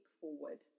forward